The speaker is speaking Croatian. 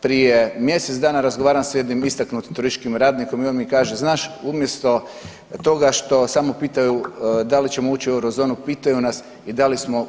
Prije mjesec dana razgovaram sa jednim istaknutim turističkim radnikom i on mi kaže, znaš umjesto toga što samo pitaju da li ćemo ući u eurozonu pitaju nas i da li smo u